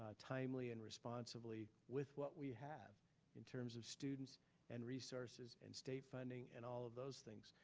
ah timely and responsively with what we have in terms of students and resources and state funding and all of those things.